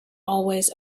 always